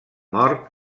mort